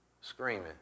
screaming